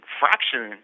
fraction